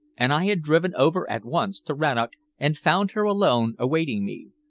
and i had driven over at once to rannoch and found her alone awaiting me.